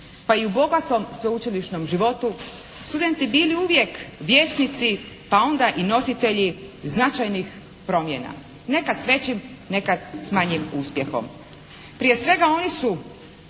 pa i u bogatom sveučilišnom životu studenti bili uvijek vjesnici pa onda i nositelji značajnih promjena, nekad s većim a nekad s manjim uspjehom. Prije svega, oni su